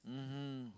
mmhmm